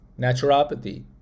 Naturopathy